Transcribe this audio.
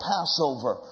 Passover